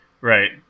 right